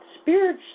spirit